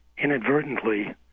inadvertently